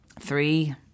three